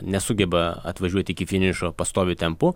nesugeba atvažiuoti iki finišo pastoviu tempu